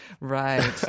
Right